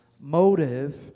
Motive